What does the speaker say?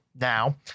now